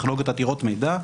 טכנולוגיות עתירות מידע,